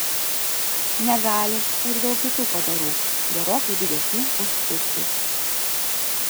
negali ir daug kitų padarų gerokai didesnių už ciuckius